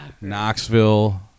Knoxville